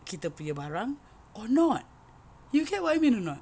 kita punya barang or not you get what I mean or not